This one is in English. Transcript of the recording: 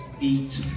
eat